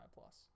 plus